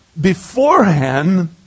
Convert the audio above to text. beforehand